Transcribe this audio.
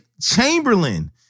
Chamberlain